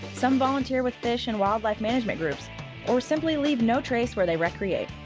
some volunteer with fish and wildlife management groups or simply leave no trace where they recreate.